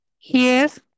Yes